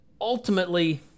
ultimately